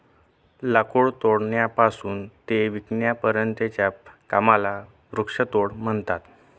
लाकूड तोडण्यापासून ते विकण्यापर्यंतच्या कामाला वृक्षतोड म्हणतात